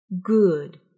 Good